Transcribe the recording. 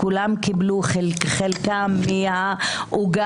כולם קיבלו את חלקם מהעוגה,